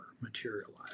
materialize